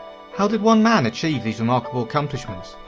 how did one man achieve these remarkable accomplishments?